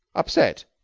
upset.